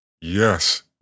yes